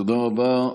תודה רבה.